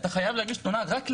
אתה חייב להגיש תלונה רק למשטרה'.